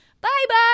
Bye-bye